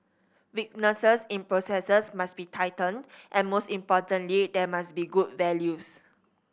weaknesses in processes must be tightened and most importantly there must be good values